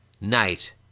Night